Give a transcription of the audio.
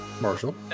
marshall